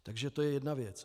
Takže to je jedna věc.